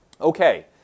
Okay